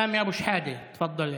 סמי אבו שחאדה, תפדל,